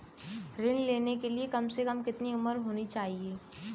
ऋण लेने के लिए कम से कम कितनी उम्र होनी चाहिए?